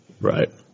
Right